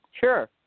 Sure